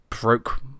broke